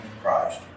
Christ